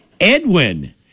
Edwin